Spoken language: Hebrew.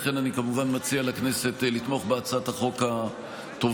לכן אני כמובן מציע לכנסת לתמוך בהצעת החוק הטובה